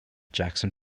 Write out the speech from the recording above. jackson